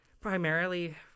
primarily